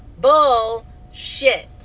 Bullshit